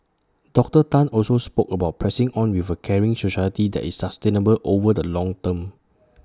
Doctor Tan also spoke about pressing on with A caring society that is sustainable over the long term